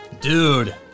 Dude